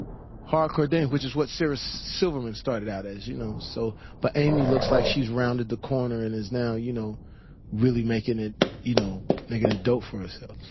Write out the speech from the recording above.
hardcore dame, which is what sara so silverman started out as. you know so but amy looks like she's rounded the corner and is now you know really making it you know dope for herself.